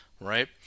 right